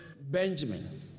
Benjamin